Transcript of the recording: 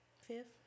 Fifth